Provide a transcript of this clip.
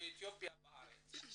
יוצאי אתיופיה בארץ.